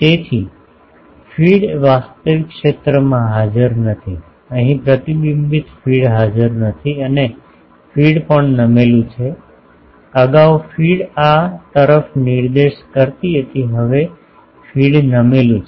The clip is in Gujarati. તેથી ફીડ વાસ્તવિક ક્ષેત્રમાં હાજર નથી અહીં પ્રતિબિંબીત ફીડ હાજર નથી અને ફીડ પણ નમેલું છે અગાઉ ફીડ આ તરફ નિર્દેશ કરતી હતી હવે ફીડ નમેલું છે